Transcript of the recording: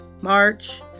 March